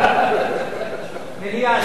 מליאה, מליאה.